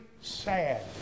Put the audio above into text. sad